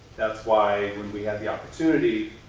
that's why, when we had the opportunity,